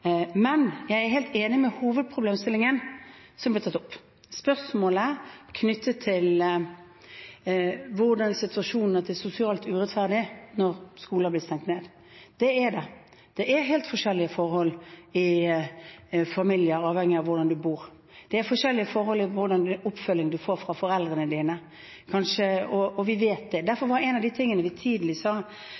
Men jeg er helt enig i hovedproblemstillingen som ble tatt opp – spørsmålet knyttet til hvordan situasjonen er sosialt urettferdig når skoler blir stengt ned. Det er det. Det er helt forskjellige forhold i familier avhengig av hvordan de bor. Det er forskjellige forhold når det gjelder hva slags oppfølging de får fra foreldrene sine – og vi vet det. Derfor var noe av det vi sa tidlig,